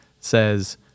says